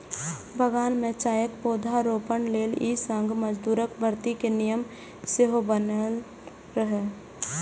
बगान मे चायक पौधारोपण लेल ई संघ मजदूरक भर्ती के नियम सेहो बनेने रहै